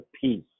peace